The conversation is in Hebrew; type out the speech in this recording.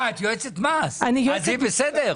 אה, את יועצת מס, אז היא בסדר?